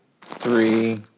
three